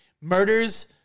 Murders